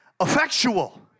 effectual